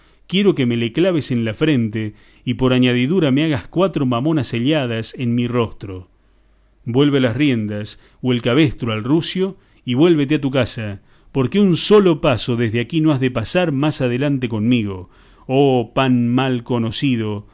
quiero que me le claves en la frente y por añadidura me hagas cuatro mamonas selladas en mi rostro vuelve las riendas o el cabestro al rucio y vuélvete a tu casa porque un solo paso desde aquí no has de pasar más adelante conmigo oh pan mal conocido